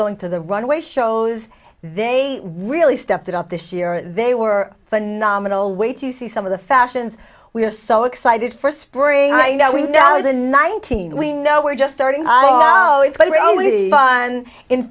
going to the runway shows they really stepped it out this year they were phenomenal way to see some of the fashions we are so excited for spring i know you know the nineteen we know we're just starting